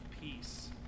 peace